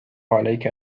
عليك